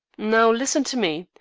now listen to me.